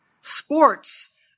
sports